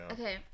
Okay